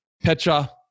Petra